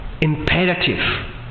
imperative